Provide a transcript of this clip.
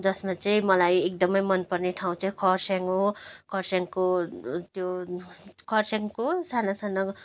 जसमा चाहिँ मलाई एकदम मन पर्ने ठाउँ चाहिँ कर्सियङ हो कर्सियङको त्यो कर्सियङको साना साना